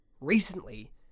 Recently